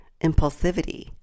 Impulsivity